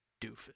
doofus